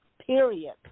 Period